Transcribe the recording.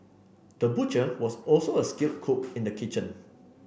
the butcher was also a skilled cook in the kitchen